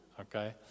Okay